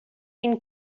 این